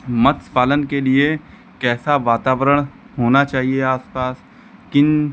मत्स्य पालन के लिए कैसा वातावरण होना चाहिए आसपास किन